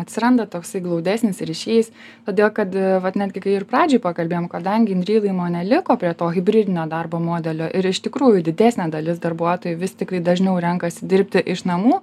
atsiranda toksai glaudesnis ryšys todėl kad vat netgi kai ir pradžioj pakalbėjom kadangi inreal įmonė liko prie to hibridinio darbo modelio ir iš tikrųjų didesnė dalis darbuotojų vis tiktai dažniau renkasi dirbti iš namų